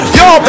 yo